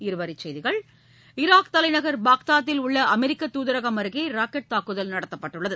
இருவரி செய்திகள் ஈராக் தலைநகள் பாக்தாத்தில் உள்ள அமெரிக்க தூதரகம் அருகே ராக்கெட் தாக்குதல் நடத்தப்பட்டுள்ளது